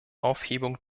aufhebung